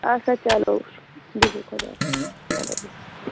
اچھا چلو بِہِو خۄدایَس چلو بِہِو خو